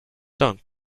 sound